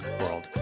world